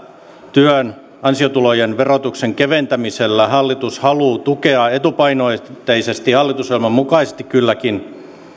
työn ansiotulojen verotuksen keventämisellä hallitus haluaa tukea etupainotteisesti hallitusohjelman mukaisesti kylläkin